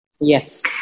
Yes